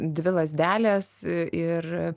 dvi lazdelės ir